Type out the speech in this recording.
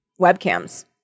webcams